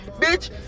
Bitch